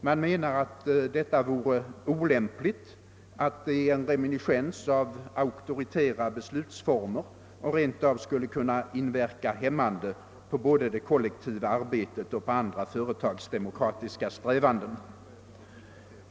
Man menar att detta vore orimligt, att det är en reminiscens av auktoritära beslutsformer och rent av skulle kunna inverka hämmande både på det kollektiva arbetet och på andra företagsdemokratiska strävanden.